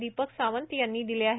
दीपक सावंत यांनी दिले आहेत